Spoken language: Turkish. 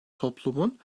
toplumun